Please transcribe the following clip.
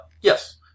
yes